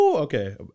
Okay